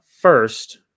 First